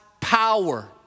power